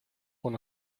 con